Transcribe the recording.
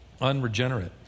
unregenerate